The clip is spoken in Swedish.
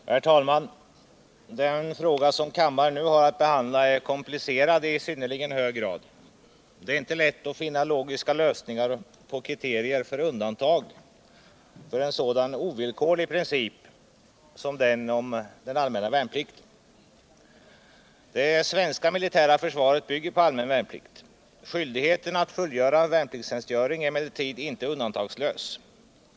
Herr talman! Den fråga som kammaren nu har att behandla är i synnerligen hög grad komplicerad. Det är inte lätt att finna logiska lösningar på kriterier för undantag för en sådan ovillkorlig princip som den om den allmänna värnplikten. Det svenska militära försvaret bygger på allmän värnplikt. Skyldigheten att fullgöra värnpliktstjänstgöring är emellertid inte undantagslös.